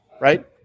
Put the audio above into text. right